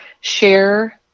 share